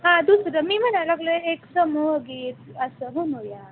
हां दुसरं मी म्हणायला लागलंय एक समूहगीत असं म्हणूया